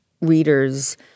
readers